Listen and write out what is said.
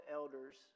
elders